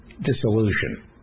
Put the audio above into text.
dissolution